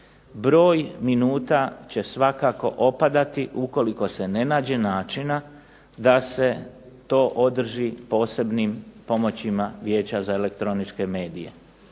broj minuta će svakako opadati ukoliko se ne nađe načina da se to održi posebnim pomoćima Vijeća za elektroničke medije.